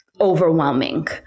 overwhelming